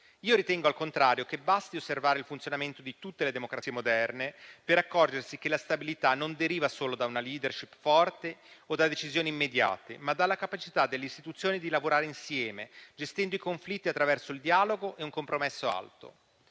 Io ritengo, al contrario, che basti osservare il funzionamento di tutte le democrazie moderne per accorgersi che la stabilità deriva non solo da una *leadership* forte o da decisioni immediate, ma anche dalla capacità delle istituzioni di lavorare insieme, gestendo i conflitti attraverso il dialogo e un compromesso alto.